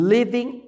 Living